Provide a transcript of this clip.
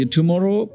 tomorrow